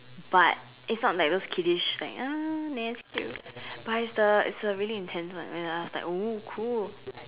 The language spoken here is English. but it's not like those kiddish like uh Nancy-Drew but it's the it's the really intense one when I was like !oo! cool